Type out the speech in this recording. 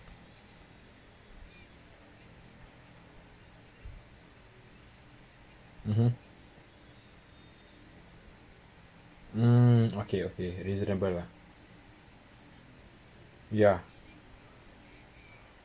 mmhmm mm okay okay reasonable lah ya